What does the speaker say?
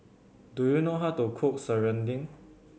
do you know how to cook serunding